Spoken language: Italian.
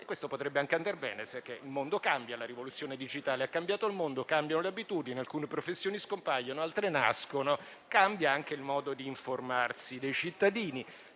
e questo potrebbe anche andar bene, perché il mondo cambia, la rivoluzione digitale ha cambiato il mondo, cambiano le abitudini, alcune professioni scompaiono, altre nascono, cambia anche il modo di informarsi dei cittadini,